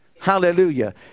Hallelujah